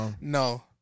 No